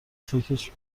فکرش